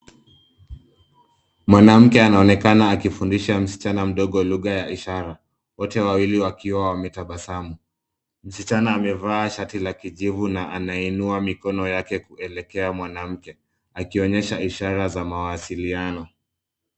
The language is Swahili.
Mwanamke anaonekana akifundisha msichana mdogo lugha ya ishara wote wawili wakiwa wametabasamu . Msichana amevaa shati la kijivu na anainua mikono yake kuelekea mwanamke akionyesha ishara za mawasiliano.